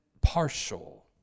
partial